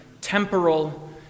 temporal